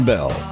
Bell